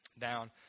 down